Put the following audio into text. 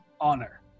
honor